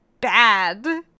bad